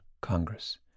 Congress